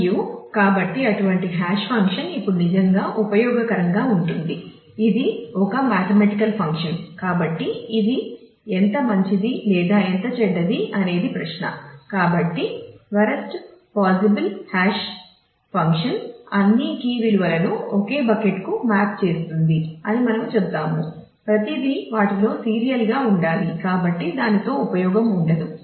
మరియు కాబట్టి అటువంటి హాష్ ఫంక్షన్ ఉండాలి కాబట్టి దానితో ఉపయోగం ఉండదు